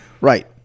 Right